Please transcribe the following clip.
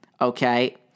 okay